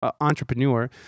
entrepreneur